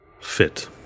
fit